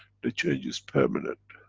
the change is permanent.